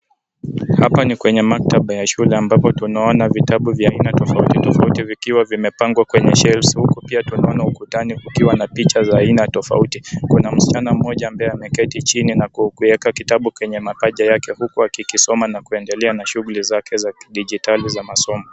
Hapa ni kwenye maktaba wa shule ambapo tunaona vitabu vya aina tofauti tofauti vikiwa vimepangwa kwenye shelves . Huku pia tunaona ukutani kukiwa na picha za aina tofauti. Kuna msichana mmoja ambaye ameketi chini na kukiweka kitabu kwenye mapaja yake huku akikisoma na kuendelea na shughuli zake za kidijitali za masomo.